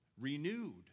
renewed